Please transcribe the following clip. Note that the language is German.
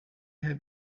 herr